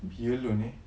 be alone eh